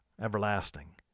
everlasting